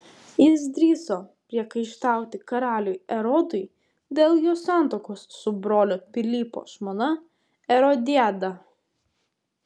jis drįso priekaištauti karaliui erodui dėl jo santuokos su brolio pilypo žmona erodiada